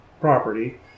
property